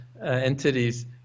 entities